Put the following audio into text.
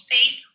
Faith